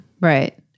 Right